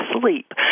sleep